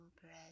bread